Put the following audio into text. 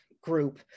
group